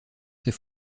ses